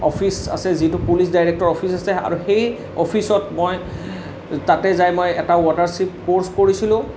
office আছে যিটো police director office আছে আৰু সেই অফিচত মই তাতে যায় মই এটা ৱাটাৰ চীফ ক'ৰ্চ কৰিছিলোঁ